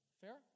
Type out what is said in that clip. Fair